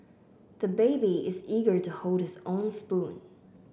the baby is eager to hold his own spoon